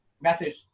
methods